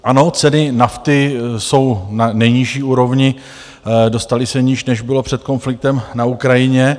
Ano, ceny nafty jsou na nejnižší úrovni, dostaly se níž, než bylo před konfliktem na Ukrajině.